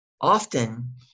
often